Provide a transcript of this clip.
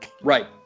Right